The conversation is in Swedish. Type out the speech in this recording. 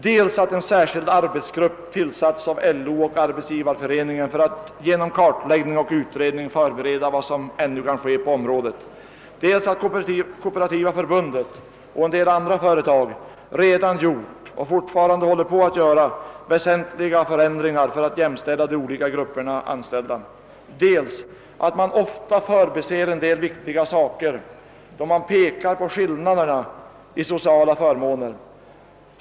Dels har en särskild arbetsgrupp tillsatts av LO och Arbetsgivareföreningen för att genom kartläggning och utredning förbereda vad som kan göras på detta område, dels har Kooperativa förbundet och en del andra företag redan vidtagit och håller fortfarande på att vidta väsentliga förändringar för att jämställa de olika grupperna anställda, dels förbiser man ofta en del viktiga detaljer då man visar på skillnaderna i sociala förmåner.